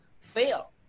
fail